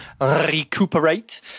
recuperate